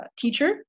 teacher